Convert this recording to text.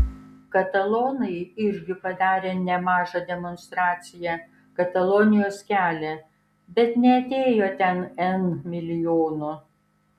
katalonai irgi padarė nemažą demonstraciją katalonijos kelią bet neatėjo ten n milijonų